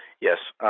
yes.